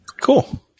Cool